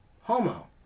Homo